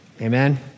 amen